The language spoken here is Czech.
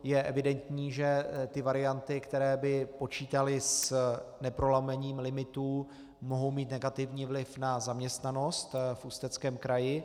Je evidentní, že ty varianty, které by počítaly s neprolomením limitů, mohou mít negativní vliv na zaměstnanost v Ústeckém kraji.